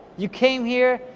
you came here,